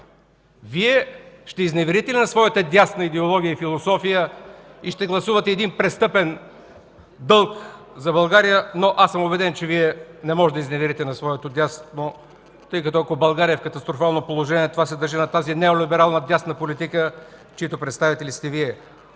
Вие ще изневерите ли на своята дясна идеология и философия и ще гласувате ли един престъпен дълг за България?! Аз съм убеден, че Вие не можете да изневерите на своето дясно, тъй като ако България е в катастрофално положение, това се дължи на тази неолиберална дясна политика, чиито представители сте Вие!